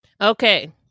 Okay